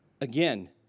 Again